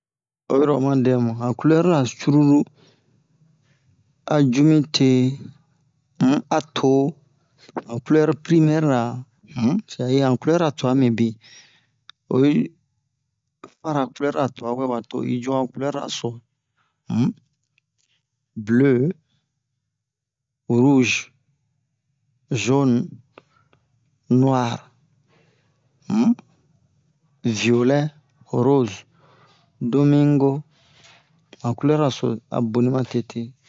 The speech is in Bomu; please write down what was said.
Oyiro oma dɛ mu han culɛrura a ju mite um a to'o han culɛru primɛri-ra um sɛtadire han culɛra tuwa mibin oyi fara culɛrura tuwa wɛwa to i ju han culɛrura so um ble ruze zone nuware um viyolɛ roze domingo han culɛrura so a a boni matete